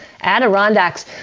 adirondacks